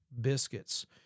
biscuits